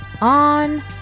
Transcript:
on